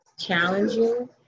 challenging